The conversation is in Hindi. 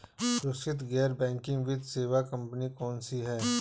सुरक्षित गैर बैंकिंग वित्त सेवा कंपनियां कौनसी हैं?